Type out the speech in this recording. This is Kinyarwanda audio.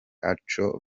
ataco